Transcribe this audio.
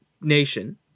nation